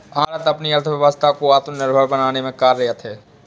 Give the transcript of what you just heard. भारत अपनी अर्थव्यवस्था को आत्मनिर्भर बनाने में कार्यरत है